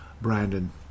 Brandon